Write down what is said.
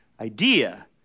idea